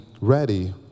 ready